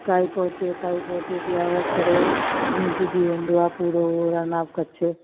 काई पो चे काई पो चे जी आवाज करे गूंजजी वेंदो आहे पूरो रण ऐं कच्छ